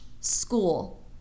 school